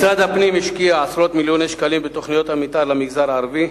משרד הפנים השקיע עשרות מיליוני שקלים בתוכניות המיתאר למגזר הערבי.